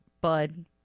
Bud